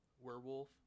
werewolf